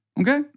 okay